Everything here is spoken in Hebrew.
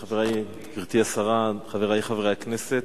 חברי, גברתי השרה, חברי חברי הכנסת,